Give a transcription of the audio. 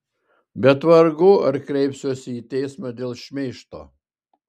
bet vargu ar kreipsiuosi į teismą dėl šmeižto